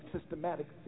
systematic